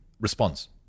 response